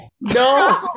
No